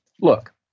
look